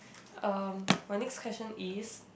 uh my next question is